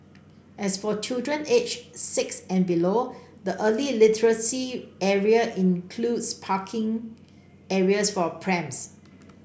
as for children aged six and below the early literacy area includes parking areas for prams